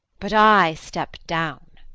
but i step down